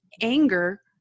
anger